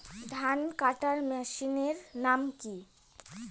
ধান কাটার মেশিনের নাম কি?